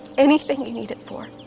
anything you need it for.